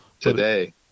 today